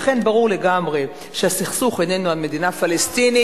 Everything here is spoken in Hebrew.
ולכן ברור לגמרי שהסכסוך אינו על מדינה פלסטינית,